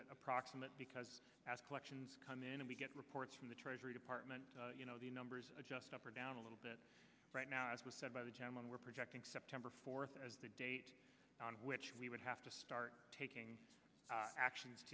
bit approximate because as collections come in and we get reports from the treasury department you know the numbers are just up or down a little bit right now as was said by the chairman we're projecting september fourth as the date on which we would have to start taking actions